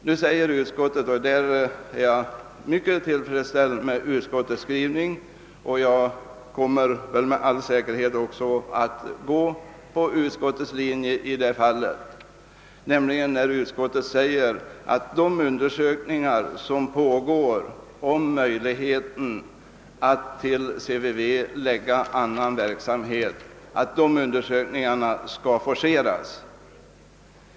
Jag är emellertid mycket tillfredsställd — och kommer med all sannolikhet att gå på utskottets linje i detta avseende — när utskottet anför att dessa undersökningar skall forceras.